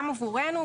גם עבורנו,